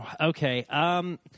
Okay